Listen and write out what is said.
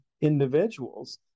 individuals